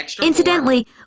Incidentally